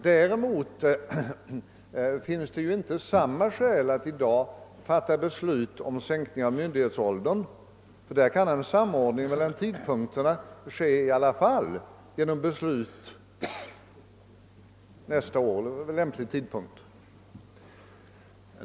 Däremot finns det inte samma skäl att i dag fatta beslut om sänkning av myndighetsåldern, utan därvidlag kan en samordning ske genom beslut senare vid lämplig tidpunkt.